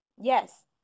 Yes